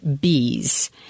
bees